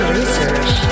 research